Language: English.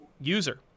user